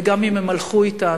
וגם אם הם הלכו מאתנו,